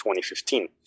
2015